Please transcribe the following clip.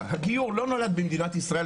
כי זה שאלה שמאוד מטרידה אותי,